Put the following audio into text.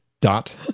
Dot